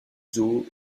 zoo